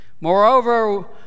Moreover